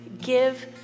give